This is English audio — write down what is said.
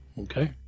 okay